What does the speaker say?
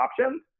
options